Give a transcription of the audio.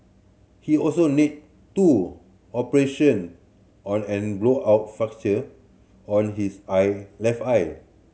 he also needed two operation on an blowout fracture on his eye left eye